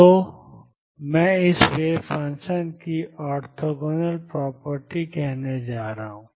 तो इसे मैं वेव फंक्शन की ओर्थोगोनल प्रॉपर्टी कहने जा रहा हूं